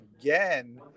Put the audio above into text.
again